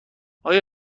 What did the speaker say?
آیا